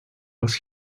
was